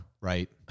Right